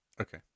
Okay